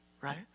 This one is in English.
right